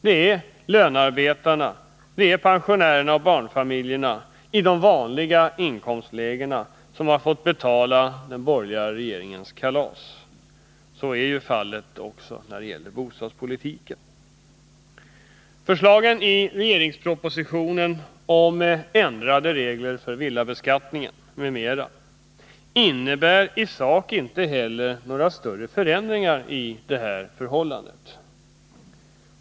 Det är lönarbetarna, pensionärerna och barnfamiljerna i de vanliga inkomstlägena som har fått betala den borgerliga regeringens kalas. Så är fallet också när det gäller bostadspolitiken. Regeringspropositionens förslag om ändrade regler för villabeskattningen m.m. innebär i sak inte några större förändringar i det här förhållandet.